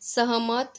सहमत